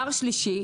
ברוריה,